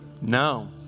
No